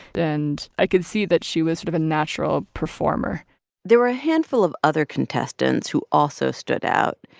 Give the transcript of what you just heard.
and i could see that she was sort of a natural performer there were a handful of other contestants who also stood out.